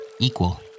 equal